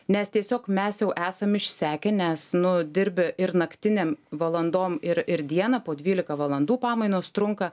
nes tiesiog mes jau esam išsekę nes nu dirbi ir naktinėm valandom ir ir dieną po dvylika valandų pamainos trunka